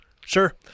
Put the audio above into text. sure